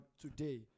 today